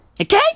Okay